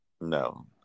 no